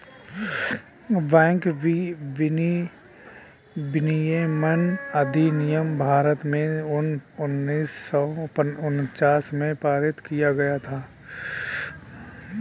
bank विनियमन अधिनियम भारत में सन उन्नीस सौ उनचास में पारित किया गया था